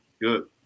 Good